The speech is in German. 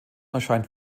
erscheint